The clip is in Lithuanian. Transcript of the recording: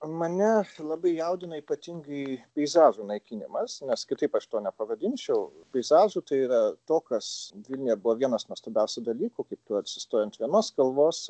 mane labai jaudina ypatingai peizažų naikinimas nes kitaip aš to nepavadinčiau baisiausia tai yra to kas vilniuje buvo vienas nuostabiausių dalykų kai tu atsistoji ant vienos kalvos